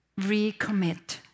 recommit